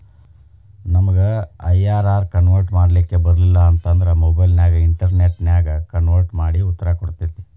ನಮಗ IRR convert ಮಾಡ್ಲಿಕ್ ಬರಲಿಲ್ಲ ಅಂತ ಅಂದ್ರ ಮೊಬೈಲ್ ನ್ಯಾಗ ಇನ್ಟೆರ್ನೆಟ್ ನ್ಯಾಗ ಕನ್ವರ್ಟ್ ಮಡಿ ಉತ್ತರ ಕೊಡ್ತತಿ